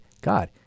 God